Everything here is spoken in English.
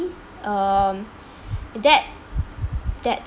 um that that